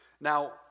Now